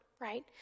right